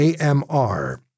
AMR